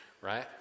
right